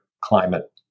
climate